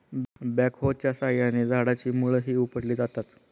बॅकहोच्या साहाय्याने झाडाची मुळंही उपटली जातात